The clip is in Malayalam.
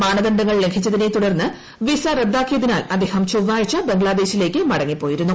മ്യാന്ദ്ദണ്ഡങ്ങൾ ലംഘിച്ചതിനെ തുടർന്ന് വിസ റദ്ദാക്കിയതിനാൽ അദ്ദേഹം ചൊവ്വാഴ്ച ബംഗ്ലാദേശിലേക്ക് മടങ്ങിപ്പോയിരുന്നു